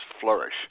flourish